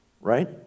right